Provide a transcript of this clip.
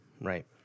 Right